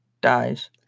dies